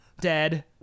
dead